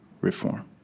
reform